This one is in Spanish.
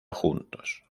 juntos